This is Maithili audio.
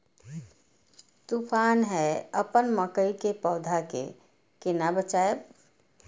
तुफान है अपन मकई के पौधा के केना बचायब?